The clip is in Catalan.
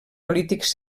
polítics